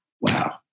Wow